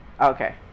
Okay